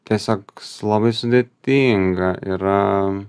tiesiog labai sudėtinga yra